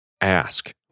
Ask